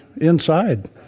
inside